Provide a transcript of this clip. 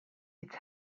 its